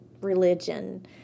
religion